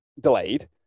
delayed